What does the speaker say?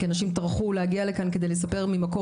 כי אנשים טרחו להגיע לכאן כדי לספר ממקור